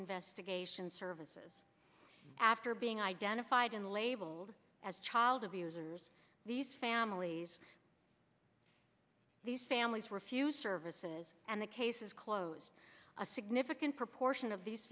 investigation services after being identified in labeled as child abusers these families these families refuse services and the case is closed a significant proportion of these